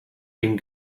den